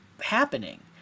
happening